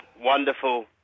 Wonderful